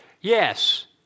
Yes